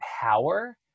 power